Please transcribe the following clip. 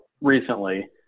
recently